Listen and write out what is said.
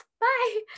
bye